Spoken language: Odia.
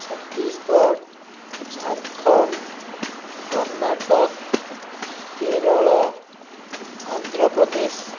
ଛତିଶଗଡ଼ ଝାରଖଣ୍ଡ କର୍ଣ୍ଣାଟକ କେରଳ ଆନ୍ଧ୍ରପ୍ରଦେଶ